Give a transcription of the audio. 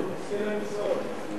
תזכה למצוות.